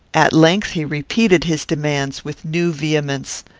at length, he repeated his demands, with new vehemence.